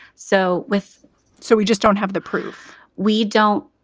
so with so we just don't have the proof. we don't.